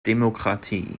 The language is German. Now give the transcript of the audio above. demokratie